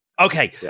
Okay